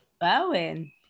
Bowen